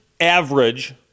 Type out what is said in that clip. average